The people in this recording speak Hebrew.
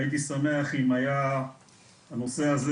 הייתי שמח אם היה הנושא הזה,